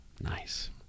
Nice